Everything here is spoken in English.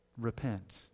repent